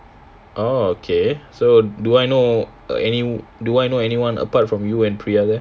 oh okay so do I know err any do I know anyone apart from you and priya